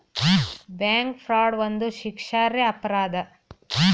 bank fraud ಒಂದು ಶಿಕ್ಷಾರ್ಹ ಅಪರಾಧ